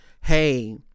hey